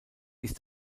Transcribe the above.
ist